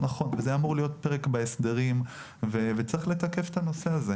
זה היה אמור להיות פרק בהסדרים וצריך לתקף את הנושא הזה.